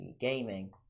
gaming